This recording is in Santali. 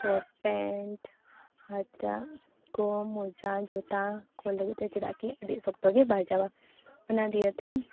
ᱥᱚᱴ ᱯᱮᱱᱴ ᱦᱟᱫᱽ ᱨᱟ ᱠᱚ ᱢᱚᱡᱟ ᱡᱩᱛᱟᱹ ᱠᱚ ᱞᱟᱹᱜᱤᱫ ᱛᱮ ᱪᱮᱫᱟᱜ ᱠᱤ ᱟᱹᱰᱤ ᱥᱚᱠᱛᱚᱜᱮ ᱵᱟᱡᱟᱣᱟ ᱚᱱᱟ ᱫᱤᱭᱮᱛᱮ